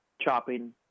chopping